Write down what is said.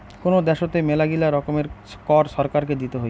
কোন দ্যাশোতে মেলাগিলা রকমের কর ছরকারকে দিতে হই